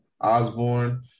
Osborne